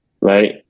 right